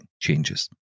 changes